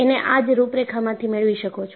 એને આ જ રૂપરેખામાંથી મેળવી શકો છો